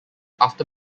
after